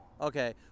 okay